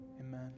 amen